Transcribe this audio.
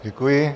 Děkuji.